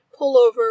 pullover